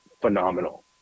phenomenal